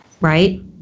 Right